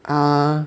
uh